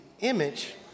image